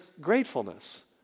gratefulness